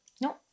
No